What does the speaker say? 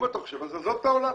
אם אתה חושב אז עזוב את העולם,